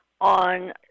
on